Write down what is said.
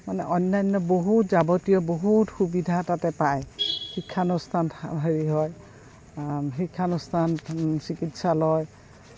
মানে অন্যান্য বহুত যাৱতীয় বহুত সুবিধা তাতে পায় শিক্ষানুষ্ঠান হেৰি হয় শিক্ষানুষ্ঠান চিকিৎসালয়